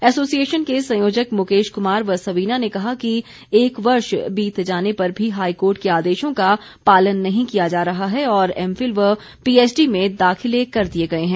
association के संयोजक मुकेश कुमार व सवीना ने कहा कि एक वर्ष बीत जाने पर भी हाईकोर्ट के आदेशों का पालन नहीं किया जा रहा है और एमफिल व पीएचडी में दाखिले कर दिए गए हैं